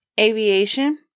aviation